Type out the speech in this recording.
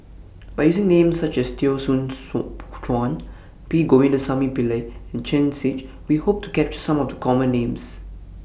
By using Names such as Teo Soon Food Chuan P Govindasamy Pillai and Chen Shiji We Hope to capture Some of The Common Names